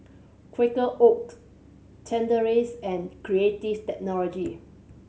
Quaker Oats Chateraise and Creative Technology